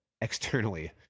externally